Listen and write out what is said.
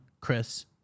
Chris